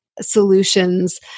solutions